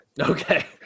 Okay